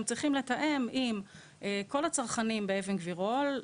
הם צריכים לתאם עם כול הצרכנים באבן גבירול,